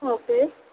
okay